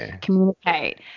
communicate